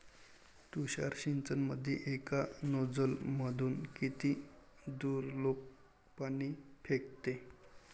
तुषार सिंचनमंदी एका नोजल मधून किती दुरलोक पाणी फेकते?